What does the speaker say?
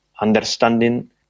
understanding